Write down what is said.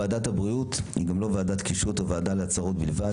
ועדת הבריאות היא גם לא ועדת קישוט או ועדה להצהרות בלבד,